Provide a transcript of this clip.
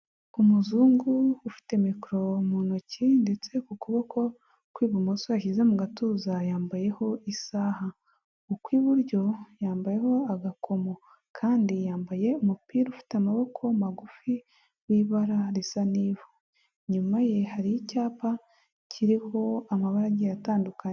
Umuzungu ufite mikoro mu ntoki, ndetse ku kuboko kw'ibumoso yashyize mu gatuza yambayeho isaha. Ukw'iburyo yambayeho agakomo, kandi yambaye umupira ufite amaboko magufi w'ibara risa n'ivu. Inyuma ye hari icyapa kiriho amabara agiye atandukanye.